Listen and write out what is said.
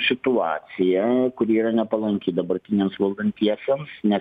situacija kuri yra nepalanki dabartiniams valdantiesiems nes